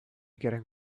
getting